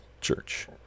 church